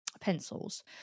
pencils